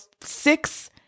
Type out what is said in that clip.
six